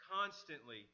constantly